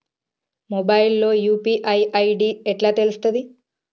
Mobile లో UPI ID ఎట్లా తెలుస్తది?